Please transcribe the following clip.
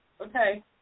Okay